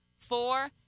Four